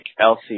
Elsie